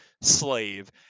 slave